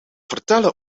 vertellen